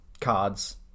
cards